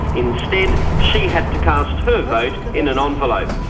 instead she had to cast her vote in an envelope.